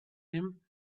him